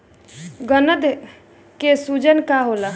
गदन के सूजन का होला?